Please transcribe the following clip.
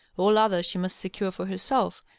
all other she must secure for herself,